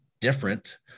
different